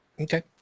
Okay